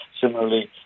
similarly